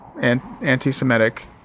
anti-Semitic